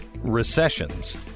recessions